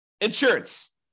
insurance